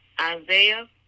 Isaiah